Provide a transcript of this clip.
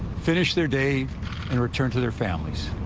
finish their day and returned to their families.